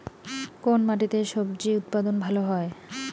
কোন মাটিতে স্বজি উৎপাদন ভালো হয়?